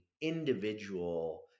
individual